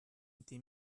été